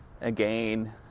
again